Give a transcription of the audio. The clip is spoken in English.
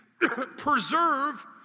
preserve